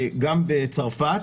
איטליה וצרפת,